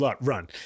Run